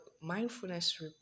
mindfulness